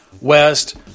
West